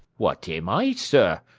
what am i, sir!